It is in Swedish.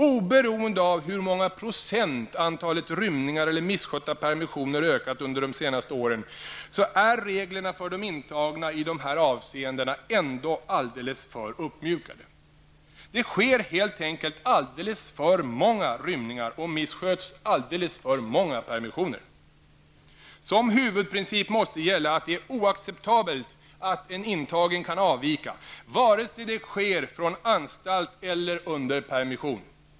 Oberoende av hur många procent antalet rymningar eller misskötta permissioner ökat under de senaste åren är reglerna för de intagna i de här avseendena ändå alltför uppmjukade. Det sker helt enkelt alltför många rymningar och missköts alltför många permissioner. Som huvudprincip måste gälla att det är oacceptabelt att en intagen kan avvika, vare sig det sker från anstalt eller under permission.